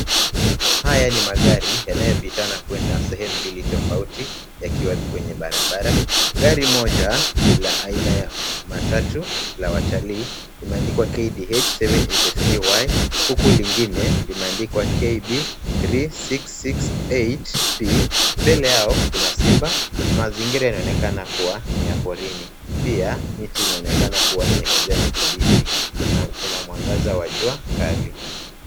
Haya ni magari yanayopitana kwenda sehemu mbili tofauti, yakiwa kwenye barabara. Gari moja ni la aina ya matatu la watalii, limeandikwa KDH 783Y,huku lingine limeandikwa KB3668P.Mbele yao kuna simba. Mazingira yanaonekana kuwa ni ya porini, pia miti inaonekana kuwa ni ya kijani kibichi na kuna mwangaza wa jua kali.